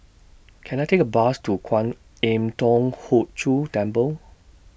Can I Take A Bus to Kwan Im Thong Hood Cho Temple